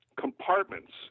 compartments